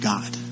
God